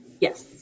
Yes